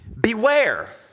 beware